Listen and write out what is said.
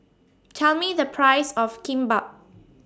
Tell Me The Price of Kimbap